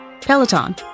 Peloton